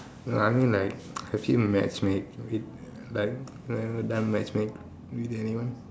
well I mean like have you matchmake like ever done matchmake with anyone